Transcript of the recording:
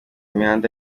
imihanda